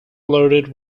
loaded